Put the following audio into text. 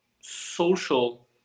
social